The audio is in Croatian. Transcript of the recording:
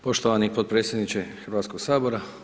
Poštovani potpredsjedniče Hrvatskog sabora.